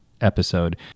episode